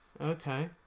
Okay